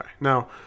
Now